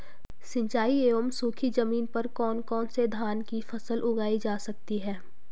सिंचाई एवं सूखी जमीन पर कौन कौन से धान की फसल उगाई जा सकती है?